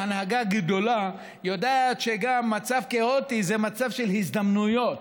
או הנהגה גדולה יודעת שגם מצב כאוטי זה מצב של הזדמנויות,